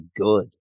good